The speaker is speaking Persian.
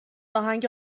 آهنگ